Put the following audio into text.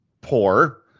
poor